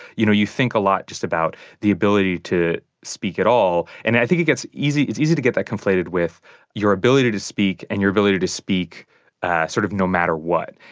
you know, you think a lot just about the ability to speak at all. and i think it gets easy it's easy to get that conflated with your ability to speak and your ability to speak sort of no matter what.